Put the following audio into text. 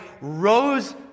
rose